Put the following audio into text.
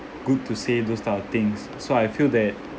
good to say those type of things so I feel that